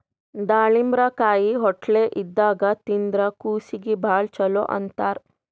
ದಾಳಿಂಬರಕಾಯಿ ಹೊಟ್ಲೆ ಇದ್ದಾಗ್ ತಿಂದ್ರ್ ಕೂಸೀಗಿ ಭಾಳ್ ಛಲೋ ಅಂತಾರ್